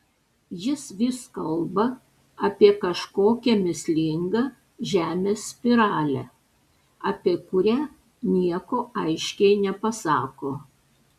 jis vis kalba apie kažkokią mįslingą žemės spiralę apie kurią nieko aiškiai nepasako